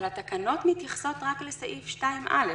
אבל התקנות מתייחסות רק לסעיף 2(א),